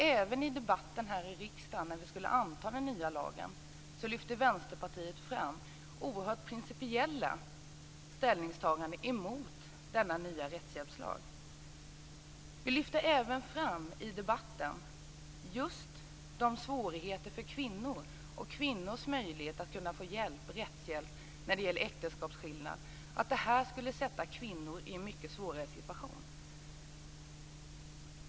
Också i debatten här i riksdagen, när vi skulle anta den nya lagen, lyfte Vänsterpartiet fram principiella ställningstaganden mot denna nya rättshjälpslag. Vi lyfte i debatten även fram just svårigheterna för kvinnor och kvinnors möjlighet att få rättshjälp när det gäller äktenskapsskillnad. Vi lyfte fram att det här skulle försätta kvinnor i en mycket svår situation.